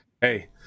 hey